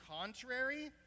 contrary